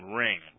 ring